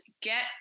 get